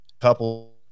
couple